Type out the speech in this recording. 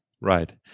Right